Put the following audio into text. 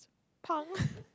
pang